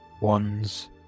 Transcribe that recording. Ones